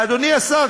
ואדוני השר,